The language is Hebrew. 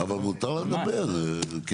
אבל מותר לה לדבר קטי.